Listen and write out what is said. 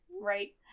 Right